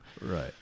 Right